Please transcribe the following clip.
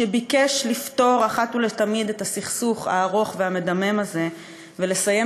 שביקש לפתור אחת ולתמיד את הסכסוך הארוך והמדמם הזה ולסיים